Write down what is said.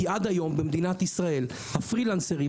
כי עד היום במדינת ישראל הפרילנסרים,